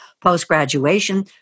Post-graduation